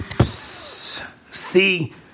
See